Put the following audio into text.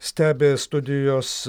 stebi studijos